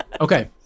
okay